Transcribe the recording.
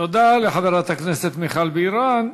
תודה לחברת הכנסת מיכל בירן.